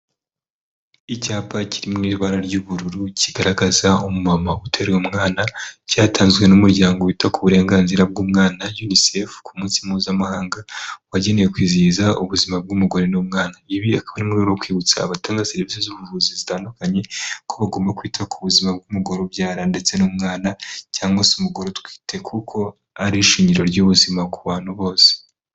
Icyapa kiri mu ibara ry'ubururu, kigaragaza umumama uteruye umwana, cyatanzwe n'umuryango wita ku burenganzira bw'umwana UNICEF ku munsi mpuzamahanga, wagenewe kwizihiza ubuzima bw'umugore n'umwana, ibi akaba ari ukwibutsa abatanga serivisi z'ubuvuzi zitandukanye ko bagomba kwita ku buzima bw'umugore, ubyara ndetse n'umwana cyangwa se umugore utwite, kuko ari ishingiro ry'ubuzima ku bantu bose.